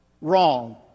wrong